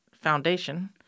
foundation